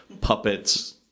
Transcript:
puppets